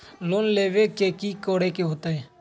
Loan लेवेला की करेके होतई?